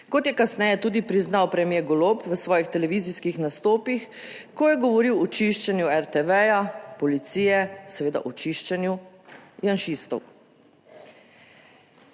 kot je kasneje tudi priznal premier Golob v svojih televizijskih nastopih, ko je govoril o čiščenju RTV, policije, seveda o čiščenju janšistov.